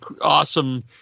awesome